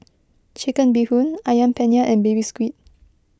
Chicken Bee Hoon Ayam Penyet and Baby Squid